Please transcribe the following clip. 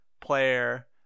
player